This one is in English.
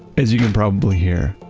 as you can probably hear,